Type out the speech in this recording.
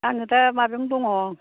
आङो दा माबायावनो दङ